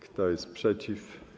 Kto jest przeciw?